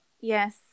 Yes